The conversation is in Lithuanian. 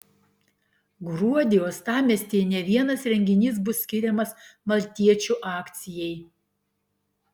gruodį uostamiestyje ne vienas renginys bus skiriamas maltiečių akcijai